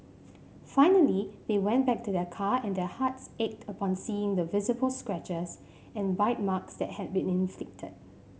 finally they went back to their car and their hearts ached upon seeing the visible scratches and bite marks that had been inflicted